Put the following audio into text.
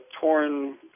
torn